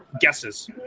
guesses